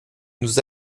nous